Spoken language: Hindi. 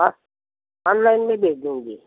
हाँ ऑनलाइन में भेज दूँगी